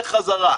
לך חזרה.